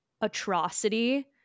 atrocity